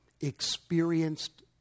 experienced